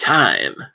time